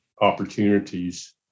opportunities